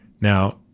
Now